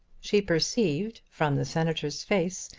she perceived, from the senator's face,